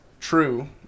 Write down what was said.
true